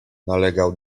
nalegał